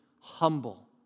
humble